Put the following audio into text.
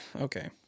okay